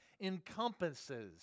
encompasses